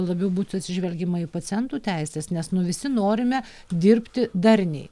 labiau būtų atsižvelgiama į pacientų teises nes nu visi norime dirbti darniai